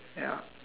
ya